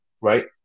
right